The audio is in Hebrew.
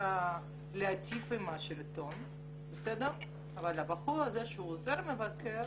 להיטיב עם השלטון אבל הבחור הזה שהוא עוזר מבקר